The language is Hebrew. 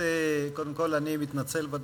הסכם פטור מאשרה למחזיקים בדרכונים דיפלומטיים